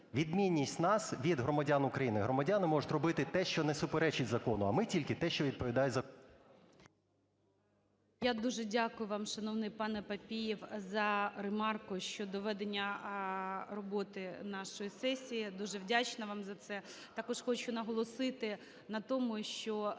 Відмінність нас від громадян України: громадяни можуть робити те, що не суперечить закону, а ми – тільки те, що відповідає закону. ГОЛОВУЮЧИЙ. Я дуже дякую вам, шановний панеПапієв, за ремарку щодо ведення роботи нашої сесії, дуже вдячна вам за це. Також хочу наголосити на тому, що